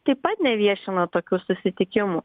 taip pat neviešina tokių susitikimų